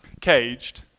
caged